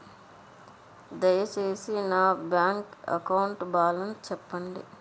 దయచేసి నా bank account balance చెప్పండి